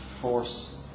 force